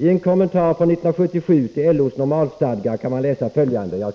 I en kommentar från 1977 till LO:s normalstadgar kan man läsa följande: